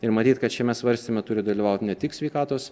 ir matyt kad šiame svarstyme turi dalyvauti ne tik sveikatos